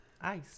ice